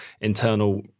internal